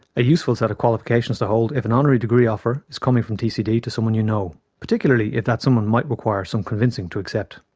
a useful set of qualifications to hold if an honorary degree offer is coming from tcd to someone you know, particularly if that someone might require some convincing to accept.